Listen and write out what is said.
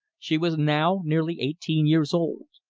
she was now nearly eighteen years old.